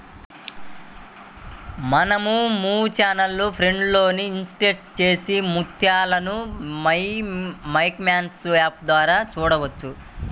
మనం mutual funds లో invest చేసిన మొత్తాలను మైక్యామ్స్ యాప్ ద్వారా చూడవచ్చు